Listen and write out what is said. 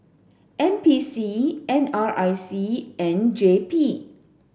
N P C N R I C and J P